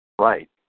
Right